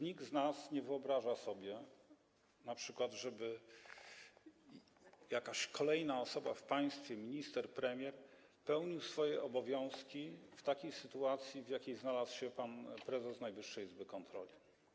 Nikt z nas nie wyobraża sobie, żeby np. jakaś kolejna osoba w państwie, minister, premier, pełniła swoje obowiązki w takiej sytuacji, w jakiej znalazł się pan prezes Najwyższej Izby Kontroli.